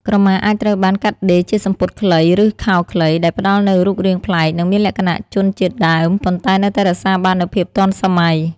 ក្រមាអាចត្រូវបានកាត់ដេរជាសំពត់ខ្លី ឬខោខ្លី ដែលផ្តល់នូវរូបរាងប្លែក និងមានលក្ខណៈជនជាតិដើម ប៉ុន្តែនៅតែរក្សាបាននូវភាពទាន់សម័យ។